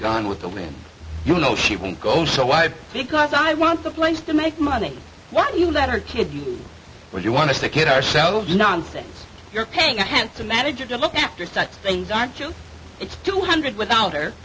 gone with the wind you know she won't go so why because i want the place to make money when you let her kid you where you want to take it ourselves nonsense you're paying a handsome manager to look after such things aren't you it's two hundred without